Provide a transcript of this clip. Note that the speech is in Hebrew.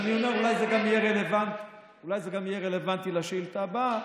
אני אומר שאולי זה גם יהיה רלוונטי לשאילתה הבאה,